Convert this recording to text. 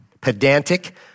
pedantic